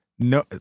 No